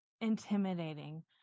intimidating